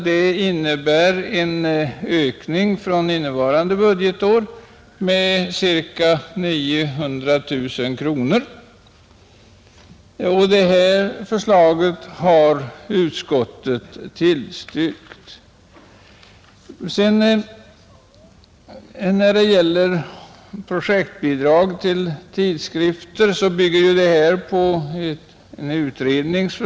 Det innebär en ökning från innevarande budgetår med ca 900 000 kronor. Det förslaget har utskottet tillstyrkt. Propositionens förslag om projektbidrag till tidskrifter bygger på förslag från en utredning.